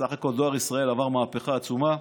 בסך הכול דואר ישראל עבר מהפכה עצומה,